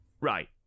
Right